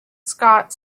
scott